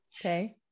okay